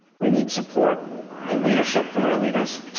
we need support and leadership from our leaders